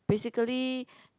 basically